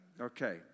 Okay